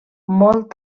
molt